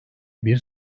bir